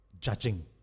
judging